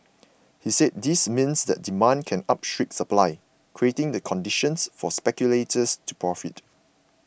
he said this means that demand can outstrip supply creating the conditions for speculators to profit